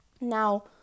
now